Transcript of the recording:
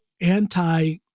anti